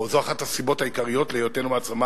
או זו אחת הסיבות העיקריות להיותנו מעצמה